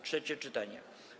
Trzecie czytanie.